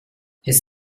his